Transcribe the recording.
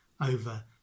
Over